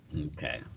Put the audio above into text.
okay